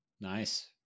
Nice